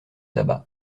tabac